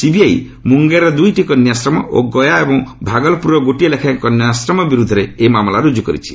CBI ମୁଙ୍ଗେରର ଦୁଇଟି କନ୍ୟାଶ୍ରମ ଓ ଗୟା ଏବଂ ଭାଗଲପୁରର ଗୋଟିଏ ଲେଖାଏଁ କନ୍ୟାଶ୍ରମ ବିରୁଦ୍ଧରେ ଏହି ମାମଲା ରୁଜୁ କରିଛି